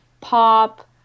pop